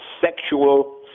sexual